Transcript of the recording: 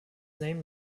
name